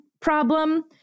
problem